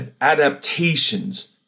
adaptations